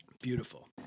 beautiful